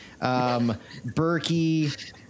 Berkey